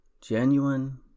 genuine